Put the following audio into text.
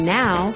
now